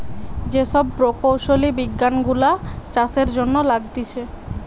যে সব প্রকৌশলী বিজ্ঞান গুলা চাষের জন্য লাগতিছে